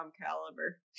caliber